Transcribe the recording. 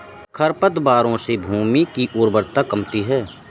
खरपतवारों से भूमि की उर्वरता कमती है